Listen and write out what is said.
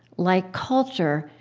like culture,